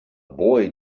boy